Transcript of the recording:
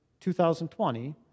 2020